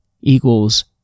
equals